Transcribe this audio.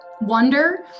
wonder